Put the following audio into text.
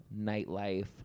nightlife –